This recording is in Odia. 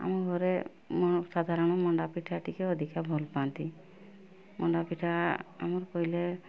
ଆମ ଘରେ ସାଧାରଣ ମଣ୍ଡା ପିଠା ଟିକେ ଅଧିକା ଭଲ ପାଆନ୍ତି ମଣ୍ଡା ପିଠା ଆମର କଇଲେ